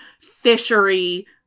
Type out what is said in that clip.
fishery